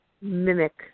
mimic